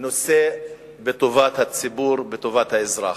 נושא לטובת הציבור, לטובת האזרח.